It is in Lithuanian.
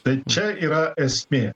tai čia yra esmė